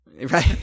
Right